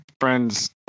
friend's